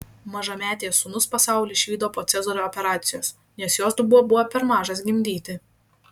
mažametės sūnus pasaulį išvydo po cezario operacijos nes jos dubuo buvo per mažas gimdyti